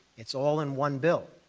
it's all in one bill.